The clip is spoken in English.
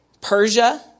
Persia